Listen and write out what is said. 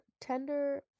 tender